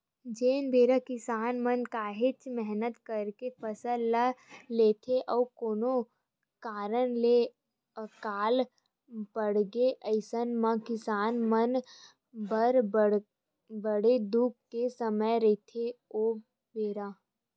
जेन बेरा किसान मन काहेच मेहनत करके फसल ल लेथे अउ कोनो कारन ले अकाल पड़गे अइसन म किसान मन बर बड़ दुख के समे रहिथे ओ बेरा